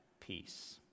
peace